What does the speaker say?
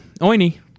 oiny